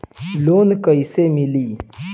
Loan कइसे मिली?